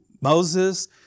Moses